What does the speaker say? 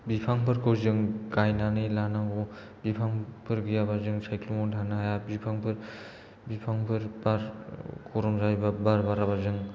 बिफांफोरखौ जों गायनानै लानांगौ बिफांफोर गैयाबा जों सायख्लुमाव थानो हाया जों बिफांफोर बिफांफोर बार गरम जायोबा बार बाराबा जों